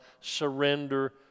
surrender